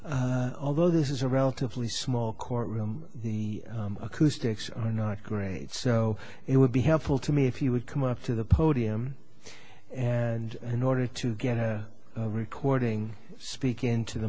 right although this is a relatively small courtroom the acoustics are not great so it would be helpful to me if you would come up to the podium and in order to get a recording speak into the